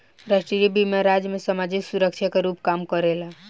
राष्ट्रीय बीमा राज्य में सामाजिक सुरक्षा के रूप में काम करेला